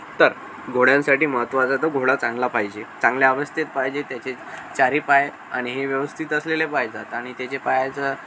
तर घोड्यांसाठी महत्त्वाचं तर घोडा चांगला पाहिजे चांगल्या अवस्थेत पाहिजे त्याचे चारही पाय आणि हे व्यवस्थित असलेले पाह्यजतात आणि त्याच्या पायाचं